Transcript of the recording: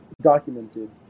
documented